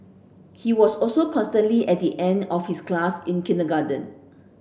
he was also constantly at the end of his class in kindergarten